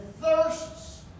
thirsts